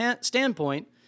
standpoint